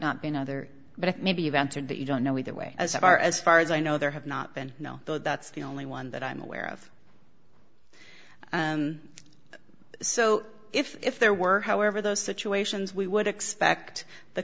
not been other but maybe you've answered that you don't know either way as far as far as i know there have not been no though that's the only one that i'm aware of so if there were however those situations we would expect the